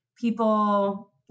People